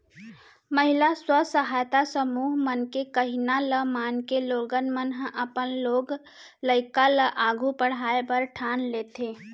महिला स्व सहायता समूह मन के कहिना ल मानके लोगन मन ह अपन लोग लइका ल आघू पढ़ाय बर ठान लेथें